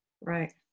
Right